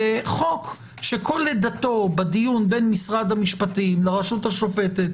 וחוק שכל לידתו בדיון בין משרד המשפטים לרשות השופטת,